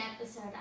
episode